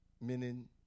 meaning